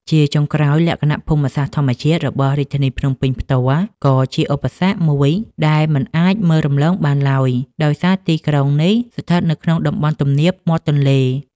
ជាចុងក្រោយ លក្ខណៈភូមិសាស្ត្រធម្មជាតិរបស់រាជធានីភ្នំពេញផ្ទាល់ ក៏ជាឧបសគ្គមួយដែលមិនអាចមើលរំលងបានឡើយ ដោយសារទីក្រុងនេះស្ថិតនៅក្នុងតំបន់ទំនាបមាត់ទន្លេ។